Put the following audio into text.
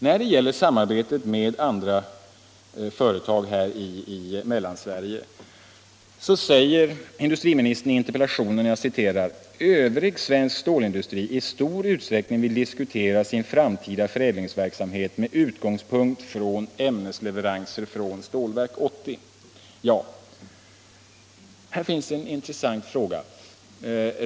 När det gäller samarbetet med andra företag i Mellansverige säger industriministern i interpellationssvaret att ”övrig svensk stålindustri i stor utsträckning vill diskutera sin framtida förädlingsverksamhet med utgångspunkt i ämnesleveranser från Stålverk 80”. Ja, här finns en intressant fråga.